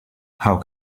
how